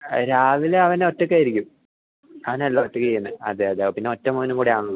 രാവിലെ അവനൊറ്റയ്ക്കായിരിക്കും അവനെല്ലാം ഒറ്റയ്ക്കാണ് ചെയ്യുന്നത് അതെ അതെ പിന്നെ ഒറ്റമോനും കൂടിയാണല്ലോ